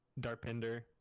Darpinder